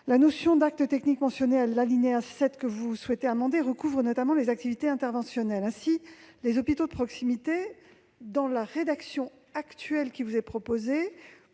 la notion d'« actes techniques » mentionnée à l'alinéa 7 que vous souhaitez amender recouvre notamment les activités interventionnelles. Ainsi, les hôpitaux de proximité, dans la rédaction actuelle qui vous est proposée,